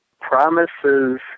promises